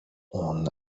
اون